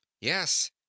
yes